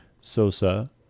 Sosa